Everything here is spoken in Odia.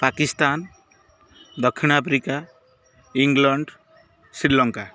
ପାକିସ୍ତାନ ଦକ୍ଷିଣ ଆଫ୍ରିକା ଇଂଲଣ୍ଡ ଶ୍ରୀଲଙ୍କା